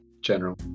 general